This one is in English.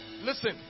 Listen